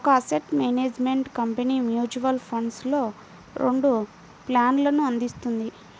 ఒక asset management company mutual ఫండ్స్లో రెండు ప్లాన్లను అందిస్తుంది